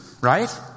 right